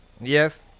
yes